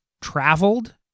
traveled